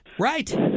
Right